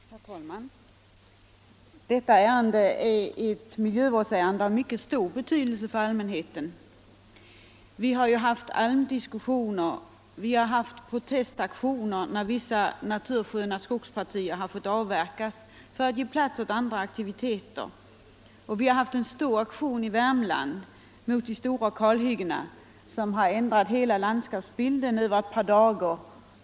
Herr talman! Detta ärende är ett miljövårdsärende av mycket stor betydelse för allmänheten. Det har tidigare förekommit almdiskussioner, det har förekommit pro Nr 145 testaktioner nn natursköna Skögspartier har avverkats för att ge pläts Lördagen den åt vissa aktiviteter, och det har förekommit en omfattande aktion i Värm 14 december 1974 land mot de stora kalhyggena där, som över ett par dagar har ändrat hela landskapsbilden för många år framåt.